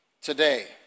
today